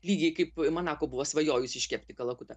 lygiai kaip manako buvo svajojusi iškepti kalakutą